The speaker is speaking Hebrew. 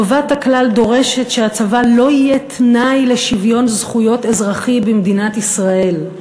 טובת הכלל דורשת שהצבא לא יהיה תנאי לשוויון זכויות אזרחי במדינת ישראל,